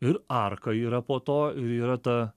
ir arka yra po to yra ta